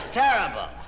terrible